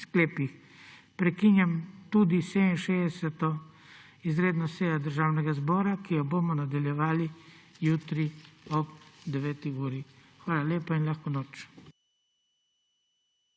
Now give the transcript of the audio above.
sklepih. Prekinjam tudi 67. izredno sejo Državnega zbora, ki jo bomo nadaljevali jutri ob 9. uri. Hvala lepa in lahko noč.